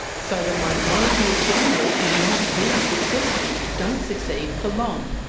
so the minority of gamblers who might be successful don't succeed for long,